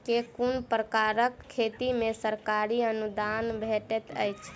केँ कुन प्रकारक खेती मे सरकारी अनुदान भेटैत अछि?